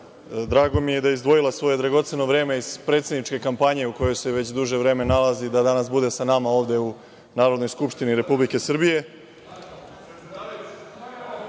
Drago mi je da je izdvojila svoje dragoceno vreme iz predsedničke kampanje u kojoj se već duže vreme nalazi i da danas bude sa nama ovde u Narodnoj skupštini Republike